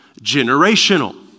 generational